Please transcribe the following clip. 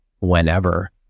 whenever